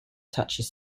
touches